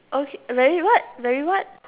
okay very what very what